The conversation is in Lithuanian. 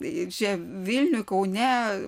čia vilniuj kaune